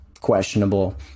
questionable